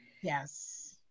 Yes